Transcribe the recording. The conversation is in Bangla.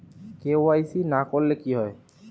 কে.ওয়াই.সি না করলে কি হয়?